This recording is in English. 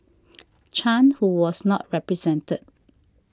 Chan who was not represented